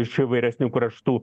iš įvairesnių kraštų